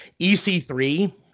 EC3